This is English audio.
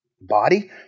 Body